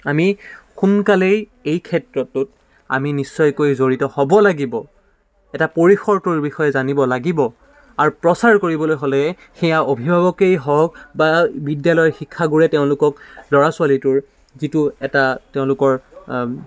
আমি সোনকালেই এই ক্ষেত্ৰটোত আমি নিশ্চয়কৈ জড়িত হ'ব লাগিব এটা পৰিসৰটোৰ বিষয়ে জানিব লাগিব আৰু প্ৰচাৰ কৰিবলৈ হ'লে সেয়া অভিভাৱকেই হওক বা বিদ্যালয়ৰ শিক্ষাগুৰুৱে তেওঁলোকক ল'ৰা ছোৱালীটোৰ যিটো এটা তেওঁলোকৰ